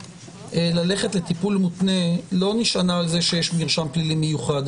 ללכת לטיפול מותנה לא נשענה על זה שיש מרשם פלילי מיוחד,